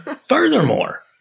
Furthermore